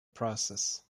process